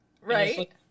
right